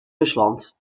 rusland